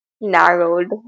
narrowed